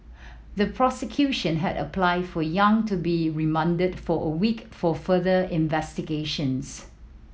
the prosecution had applied for Yang to be remanded for a week for further investigations